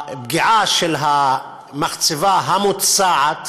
הפגיעה של המחצבה המוצעת